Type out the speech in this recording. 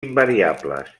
invariables